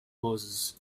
moses